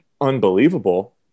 unbelievable